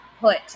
put